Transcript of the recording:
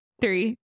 three